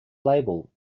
label